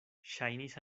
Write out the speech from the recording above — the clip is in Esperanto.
ŝajnis